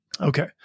okay